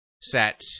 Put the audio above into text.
set